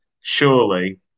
surely